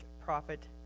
profit